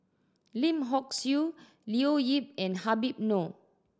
Lim Hock Siew Leo Yip and Habib Noh